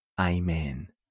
Amen